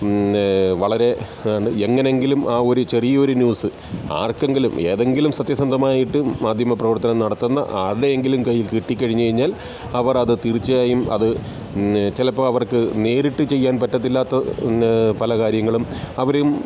പിന്നെ വളരെ എങ്ങനെയെങ്കിലും ആ ഒരു ചെറിയൊരു ന്യൂസ് ആർക്കെങ്കിലും ഏതെങ്കിലും സത്യസന്ധമായിട്ട് മാധ്യമ പ്രവർത്തനം നടത്തുന്ന ആരുടെയെങ്കിലും കയ്യിൽ കിട്ടിക്കഴിഞ്ഞ് കഴിഞ്ഞാൽ അവരത് തീർച്ചയായും അത് ചിലപ്പോൾ അവർക്ക് നേരിട്ട് ചെയ്യാൻ പറ്റത്തില്ലാത്ത പിന്നെ പല കാര്യങ്ങളും അവരും